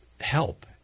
help